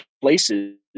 places